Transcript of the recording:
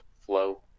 flow